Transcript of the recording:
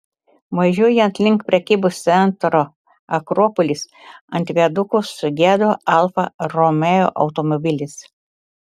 važiuojant link prekybos centro akropolis ant viaduko sugedo alfa romeo automobilis